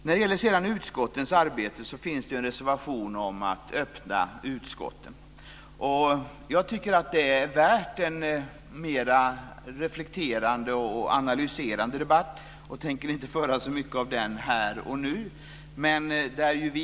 När det sedan gäller utskottens arbete så finns det en reservation om att öppna utskotten. Jag tycker att det är värt en mer reflekterande och analyserande debatt, och jag tänker inte föra så mycket av den här och nu.